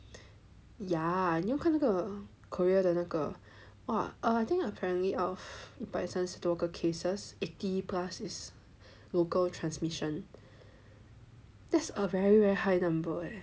ya 你有没有看那个 Korea 的那个 !wah! err I think apparently out of like 三十多个 cases eighty plus is local transmission that's a very very high number eh